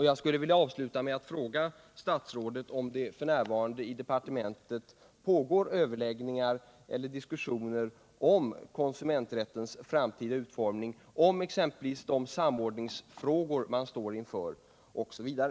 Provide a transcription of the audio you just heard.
Jag skulle vilja avsluta med att fråga statsrådet om det f. n. i departementet pågår överläggningar eller diskussioner om konsumenträttens framtida utformning, om exempelvis de samordningsfrågor man står inför osv.